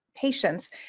patients